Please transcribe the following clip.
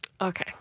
Okay